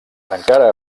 encara